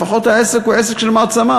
לפחות העסק הוא עסק של מעצמה.